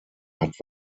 hat